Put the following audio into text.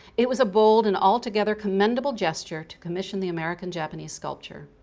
it was a bold and altogether commendable gesture to commission the american japanese sculptor.